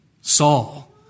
Saul